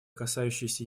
касающиеся